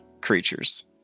creatures